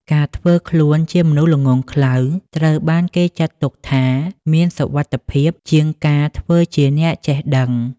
ការធ្វើខ្លួនជាមនុស្សល្ងង់ខ្លៅ ត្រូវបានគេចាត់ទុកថាមានសុវត្ថិភាពជាងការធ្វើជាអ្នកចេះដឹង។